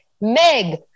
Meg